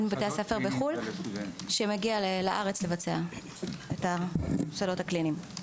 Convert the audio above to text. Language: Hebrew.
מבתי הספר בחו"ל ומגיע לארץ לבצע את השדות הקליניים.